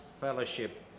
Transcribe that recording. fellowship